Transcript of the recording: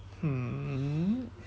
hmm